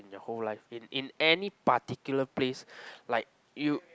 in your whole life in in any particular place like you